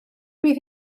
bydd